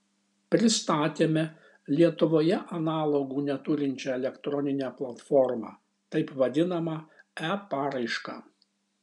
pristatėme lietuvoje analogų neturinčią elektroninę platformą taip vadinamą e paraišką